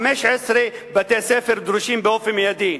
15 בתי-ספר דרושים באופן מיידי,